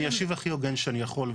אני אשיב הכי הוגן שאני יכול.